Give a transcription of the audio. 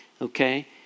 okay